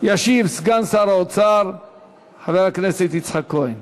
סגן שר האוצר חבר הכנסת יצחק כהן.